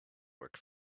work